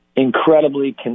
Incredibly